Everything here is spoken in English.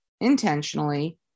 intentionally